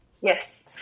Yes